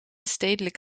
stedelijk